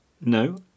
No